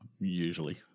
usually